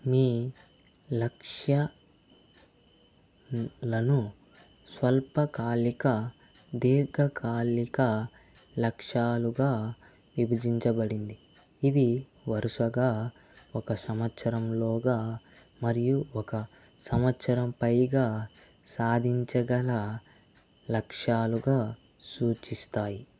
మీ లక్ష్యా లను స్వల్పకాలిక దీర్ఘకాలిక లక్ష్యాలుగా విభజించబడింది ఇవి వరుసగా ఒక సంవత్సరంలోగా మరియు ఒక సంవత్సరం పైగా సాధించగల లక్ష్యాలుగా సూచిస్తాయి